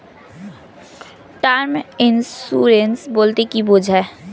Term insurance বলতে কী বোঝায়?